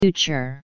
Future